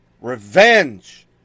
revenge